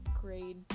grade